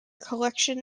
collection